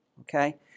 Okay